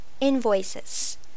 invoices